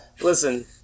listen